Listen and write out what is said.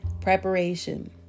Preparation